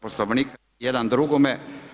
Poslovnik jedan drugome.